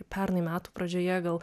pernai metų pradžioje gal